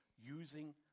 using